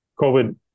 COVID